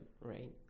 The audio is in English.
right